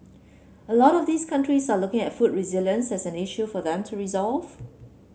a lot of these countries are looking at food resilience as an issue for them to resolve